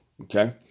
Okay